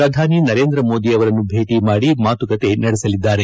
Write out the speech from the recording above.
ಪ್ರಧಾನಿ ನರೇಂದ್ರ ಮೋದಿ ಅವರನ್ನು ಭೇಟ ಮಾಡಿ ಮಾತುಕತೆ ನಡೆಸಲಿದ್ದಾರೆ